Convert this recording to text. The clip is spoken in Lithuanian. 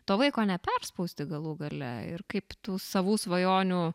to vaiko neperspausti galų gale ir kaip tų savų svajonių